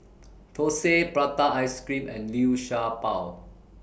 Thosai Prata Ice Cream and Liu Sha Bao